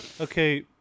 okay